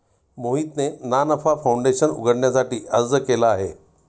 मोहितने ना नफा फाऊंडेशन उघडण्यासाठी अर्ज केला आहे